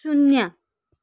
शून्य